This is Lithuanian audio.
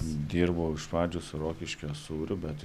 dirbau iš pradžių su rokiškio sūriu bet